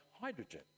hydrogen